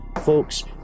folks